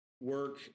work